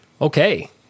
Okay